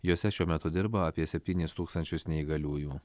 jose šiuo metu dirba apie septynis tūkstančius neįgaliųjų